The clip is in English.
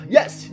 Yes